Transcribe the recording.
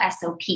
SOP